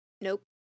Nope